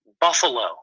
Buffalo